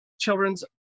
children's